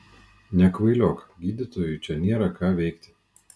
nekvailiok gydytojui čia nėra ką veikti